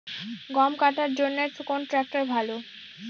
গম কাটার জন্যে কোন ট্র্যাক্টর ভালো?